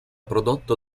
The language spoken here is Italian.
prodotto